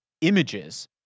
images